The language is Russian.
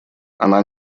она